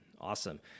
awesome